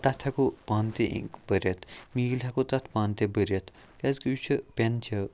تَتھ ہٮ۪کو پانہٕ تہِ اِنٛک بٔرِتھ میٖل ہٮ۪کو تتھ پانہٕ تہِ بٔرِتھ کیٛازِکہِ یہِ چھُ پٮ۪ن چھِ